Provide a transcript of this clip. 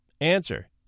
Answer